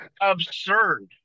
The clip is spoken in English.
absurd